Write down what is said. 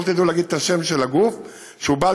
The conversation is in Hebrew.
לא תדעו להגיד את השם של הגוף שהוא בעל